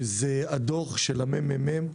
זה הדוח של ה-ממ"מ,